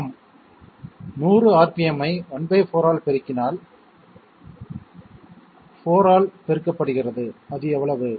ஆம் 100 rpm ஐ ¼ ஆல் பெருக்கினால் இது கியர் விகிதம் 4 லீட் ஆல் பெருக்கப்படுகிறது அது எவ்வளவு